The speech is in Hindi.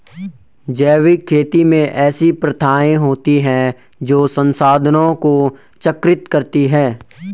जैविक खेती में ऐसी प्रथाएँ होती हैं जो संसाधनों को चक्रित करती हैं